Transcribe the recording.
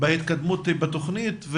בהתקדמות בתוכנית.